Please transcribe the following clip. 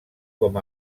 com